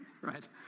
right